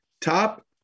top